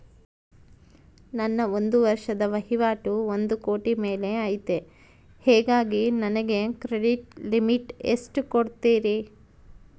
ನನ್ನ ಒಂದು ವರ್ಷದ ವಹಿವಾಟು ಒಂದು ಕೋಟಿ ಮೇಲೆ ಐತೆ ಹೇಗಾಗಿ ನನಗೆ ಕ್ರೆಡಿಟ್ ಲಿಮಿಟ್ ಎಷ್ಟು ಕೊಡ್ತೇರಿ?